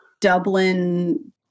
Dublin